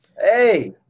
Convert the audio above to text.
hey